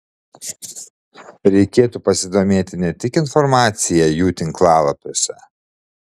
reikėtų pasidomėti ne tik informacija jų tinklalapiuose